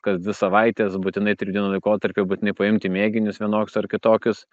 kas dvi savaites būtinai trijų dienų laikotarpiu būtinai paimti mėginius vienoks ar kitokius